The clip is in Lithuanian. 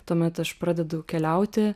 tuomet aš pradedu keliauti